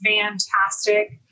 fantastic